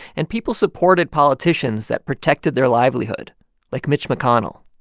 and people supported politicians that protected their livelihood like mitch mcconnell.